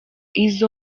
izzle